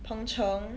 peng cheng